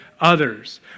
others